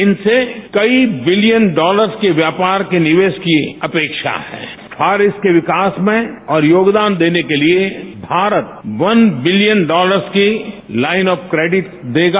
इनसे कई billion dollars के व्यापार के निवेश की अपेक्षा है और इसके विकास में और योगदान देने के लिए भारत वन बिलियन डॉलर्स की लाइन ऑफ क्रेडिट देगा